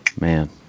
Man